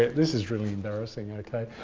this is really embarrassing okay.